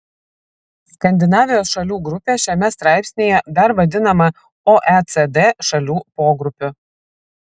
skandinavijos šalių grupė šiame straipsnyje dar vadinama oecd šalių pogrupiu